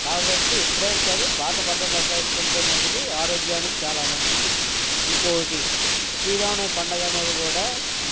కాబట్టి ఎప్పుడైనా సరే పాత పద్ధతి ప్రకారం చేసుకుంటే మటుకు ఆరోగ్యానికి చాలా మంచిది ఇంకొకటి శ్రీరామ నవమి పండగ అనేది కూడా